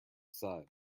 side